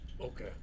Okay